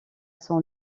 son